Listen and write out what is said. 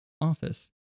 office